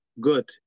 good